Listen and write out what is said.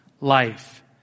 life